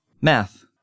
Math